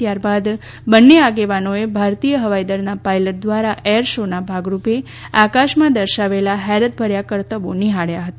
ત્યારબાદ બંને આગેવાનોએ ભારતીય હવાઈદળના પાયલટ દ્વારા એર શો ના ભાગરૂપે આકાશમાં દર્શાવેલ હેરતભર્યા કરતબો નિહાળ્યા હતા